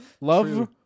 Love